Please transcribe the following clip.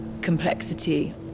complexity